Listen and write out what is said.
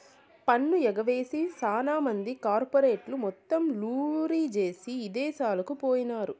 పన్ను ఎగవేసి సాన మంది కార్పెరేట్లు మొత్తం లూరీ జేసీ ఇదేశాలకు పోయినారు